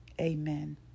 amen